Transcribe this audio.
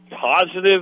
positive